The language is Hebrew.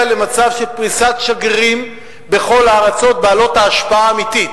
למצב של פריסת שגרירים בכל הארצות בעלות ההשפעה האמיתית,